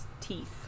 teeth